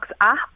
app